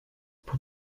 pour